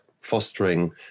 fostering